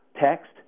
text